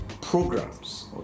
programs